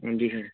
हंजी सर